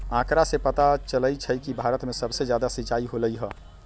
आंकड़ा से पता चलई छई कि भारत में सबसे जादा सिंचाई होलई ह